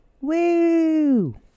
Woo